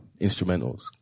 instrumentals